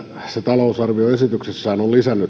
talousarvioesityksessään on lisännyt puolustusministeriön rahoitusta